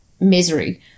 misery